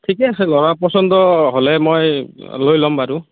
ঠিকে আছে ল'ৰাৰ পচণ্ডৰ হ'লে মই লৈ ল'ম বাৰু